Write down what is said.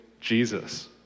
Jesus